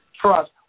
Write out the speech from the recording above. trust